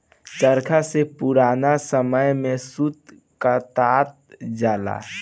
चरखा से पुरान समय में सूत कातल जाला